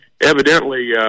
evidently